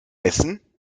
essen